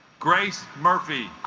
grace murphy